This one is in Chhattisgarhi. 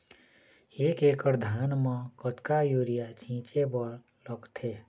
एक एकड़ धान म कतका यूरिया छींचे बर लगथे?